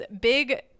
big